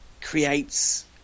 creates